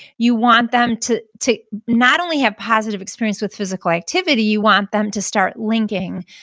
you want them to to not only have positive experience with physical activity, you want them to start linking